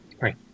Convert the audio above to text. Right